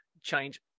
change